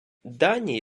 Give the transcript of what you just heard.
дані